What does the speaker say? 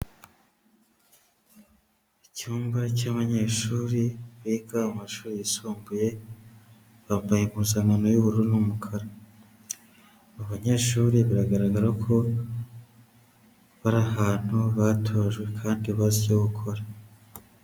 Icyumba cy'abanyeshuri biga amashuri yisumbuye, bambaye impuzankano y'uburu n'umukara. Aba banyeshuri biragaragara ko bari ahantu batojwe kandi bazi icyo gukora.